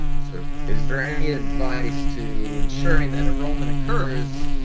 so is there any advice to ensuring that a roman occurs?